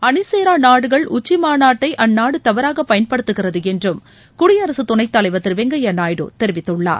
அணிசேரா நாடுகள் உச்சி மாநாட்டை அந்நாடு தவறாக பயன்படுத்துகிறது என்றும் குடியரசுத் துணைத் தலைவர் திரு வெங்கையா நாயுடு தெரிவித்துள்ளார்